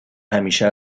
همیشه